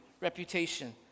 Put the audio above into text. reputation